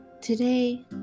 today